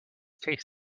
tasty